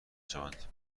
شوند